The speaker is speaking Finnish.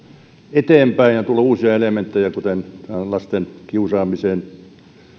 eteenpäin ja on tullut uusia elementtejä kuten lasten kiusaamiseen